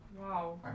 wow